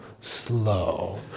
slow